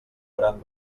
gran